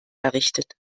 errichtet